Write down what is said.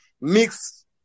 mix